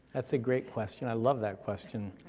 that's a great question, i love that question.